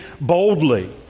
boldly